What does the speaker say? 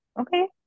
Okay